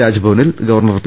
രാജ്ഭവനിൽ governor P